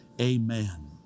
Amen